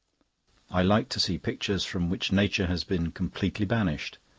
i like to see pictures from which nature has been completely banished,